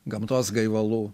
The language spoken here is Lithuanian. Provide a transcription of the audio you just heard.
gamtos gaivalų